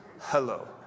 Hello